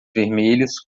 vermelhos